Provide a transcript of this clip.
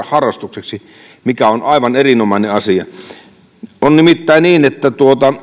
harrastukseksi mikä on aivan erinomainen asia on nimittäin niin että